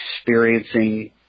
experiencing